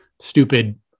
stupid